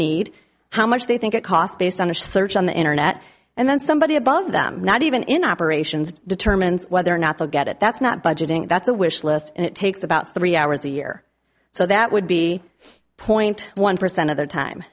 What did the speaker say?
need how much they think it cost based on a search on the internet and then somebody above them not even in operations determines whether or not they'll get it that's not budgeting that's a wish list and it takes about three hours a year so that would be point one percent of their time